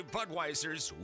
Budweiser's